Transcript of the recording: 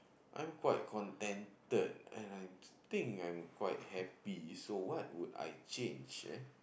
I'm quite contented and I think I'm quite happy so what would I change eh